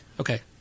Okay